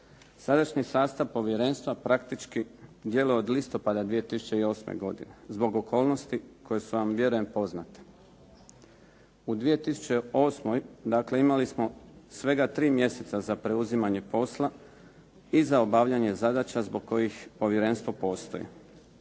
Sadašnji sastav povjerenstva praktički djeluje od listopada 2008. godine zbog okolnosti koje su vam vjerujem poznate. U 2008. dakle imali smo svega 3 mjeseca za preuzimanje posla i za obavljanje zadaća zbog kojih povjerenstvo postoji.